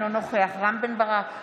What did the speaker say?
אינו נוכח רם בן ברק,